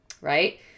right